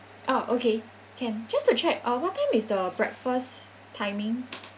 oh okay can just to check uh what time is the breakfast timing